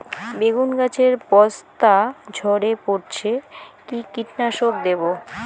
বেগুন গাছের পস্তা ঝরে পড়ছে কি কীটনাশক দেব?